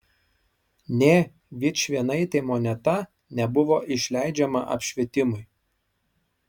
nė vičvienaitė moneta nebuvo išleidžiama apšvietimui